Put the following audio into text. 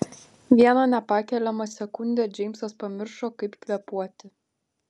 vieną nepakeliamą sekundę džeimsas pamiršo kaip kvėpuoti